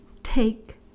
Take